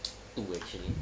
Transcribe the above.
two actually